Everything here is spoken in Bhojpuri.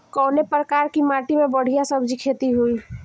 कवने प्रकार की माटी में बढ़िया सब्जी खेती हुई?